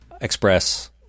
express